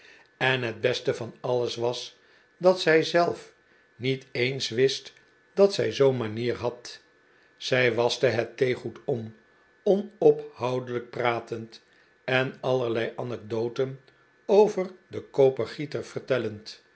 en het beste van alles was dat zij zelf niet eens wist dat zij zoo'n manier had zij waschte het theegoed om onophoudelijk pratend en allerlei anecdoten over den kopergieter vertellend